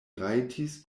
rajtis